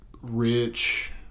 rich